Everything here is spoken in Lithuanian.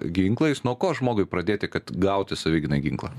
ginklais nuo ko žmogui pradėti kad gauti savigynai ginklą